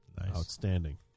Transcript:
outstanding